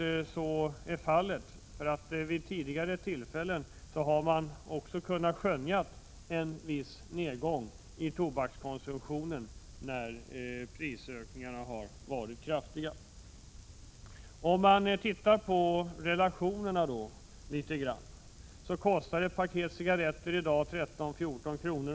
Vid tidigare tillfällen har man 17 december 1986 nämligen kunnat skönja en viss nedgång i tobakskonsumtionen, när prisök a : ä Höjning av skatterna ningarna har varit kraftiga. åälkoholdryck h Ett paket cigaretter kostar i dag 13—14 kr.